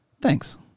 Thanks